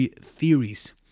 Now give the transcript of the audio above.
theories